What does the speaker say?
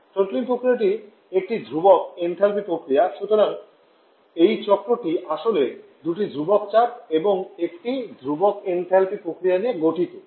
throttling প্রক্রিয়াটি একটি ধ্রুবক এনথ্যালপি প্রক্রিয়া সুতরাং এই চক্রটি আসলে দুটি ধ্রুবক চাপ এবং একটি ধ্রুবক এনথ্যালপি প্রক্রিয়া নিয়ে গঠিত